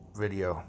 video